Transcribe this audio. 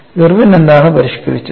Irwin എന്താണ് പരിഷ്കരിച്ചത്